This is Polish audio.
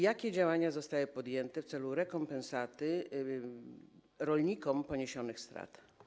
Jakie działania zostały podjęte w celu zrekompensowania rolnikom poniesionych strat?